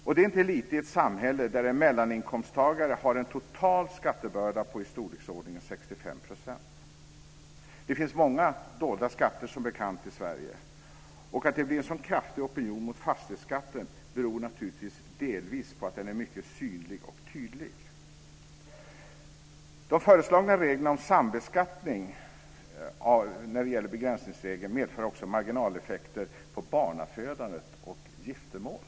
Och det är inte lite i ett samhälle där en mellaninkomsttagare har en total skattebörda på i storleksordningen 65 %. Det finns som bekant många dolda skatter i Sverige. Att det blir en så kraftig opinion mot fastighetsskatten beror naturligtvis delvis på att den är mycket synlig och tydlig. De föreslagna reglerna om sambeskattning när det gäller begränsningsregeln medför också marginaleffekter på barnafödande och giftermål.